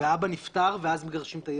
והאבא נפטר ואז מגרשים את הילד,